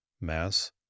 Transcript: mass